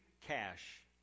cash